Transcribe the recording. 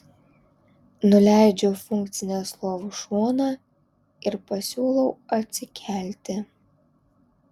nuleidžiu funkcinės lovos šoną ir pasiūlau atsikelti